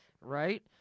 Right